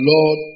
Lord